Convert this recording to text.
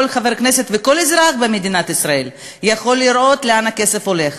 כל חבר כנסת וכל אזרח במדינת ישראל יכול לראות לאן הכסף הולך.